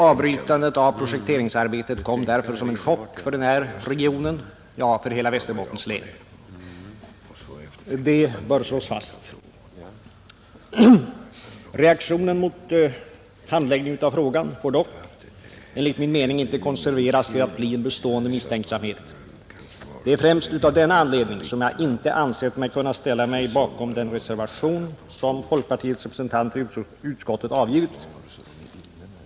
Avbrytandet av projekteringsarbetet kom därför som en chock för den här regionen — ja, för hela Västerbottens län. Detta bör slås fast. Reaktionen mot Statsföretags handläggning av frågan får dock enligt min mening inte konserveras till att bli en bestående misstänksamhet. Det är främst av denna anledning som jag inte har ansett mig kunna ställa upp bakom den reservation som folkpartiets representanter i utskottet har avgivit.